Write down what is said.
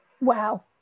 wow